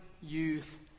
youth